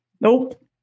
Nope